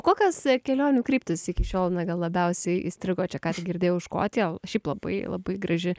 kokios kelionių kryptis iki šiol na gal labiausiai įstrigo čia ką tik girdėjau škotija šiaip labai labai graži